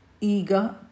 Eager